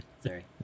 sorry